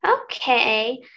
okay